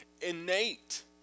innate